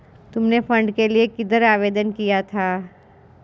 तुमने फंड के लिए किधर आवेदन किया था?